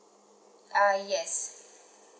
uh yes